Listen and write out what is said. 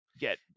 get